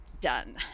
done